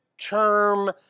term